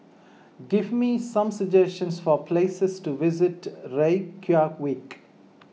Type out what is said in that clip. give me some suggestions for places to visit Reykjavik